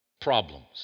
problems